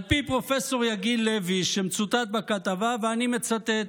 על פי פרופ' יגיל לוי, שמצוטט בכתבה, ואני מצטט,